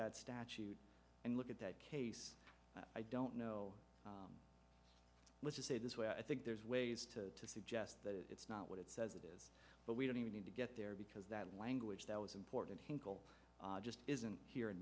that statute and look at that case i don't know let's just say this way i think there's ways to suggest that it's not what it says it is but we don't even need to get there because that language that was important hinkle just isn't here in